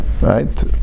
right